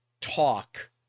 talk